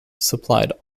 supplied